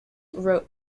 wrote